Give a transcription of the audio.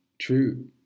true